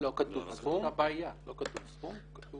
לא כתוב סכום כתוב